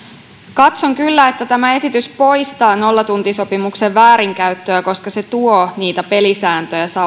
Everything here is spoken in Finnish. katson kyllä että tämä esitys poistaa nollatuntisopimuksen väärinkäyttöä koska se tuo niitä pelisääntöjä